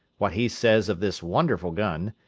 what he says of this wonderful gun,